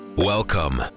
Welcome